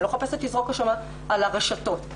אני לא מחפשת לזרוק אשמה על הרשתות,